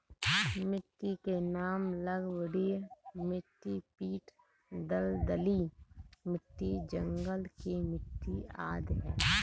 मिट्टी के नाम लवणीय मिट्टी, पीट दलदली मिट्टी, जंगल की मिट्टी आदि है